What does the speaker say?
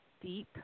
deep